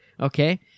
Okay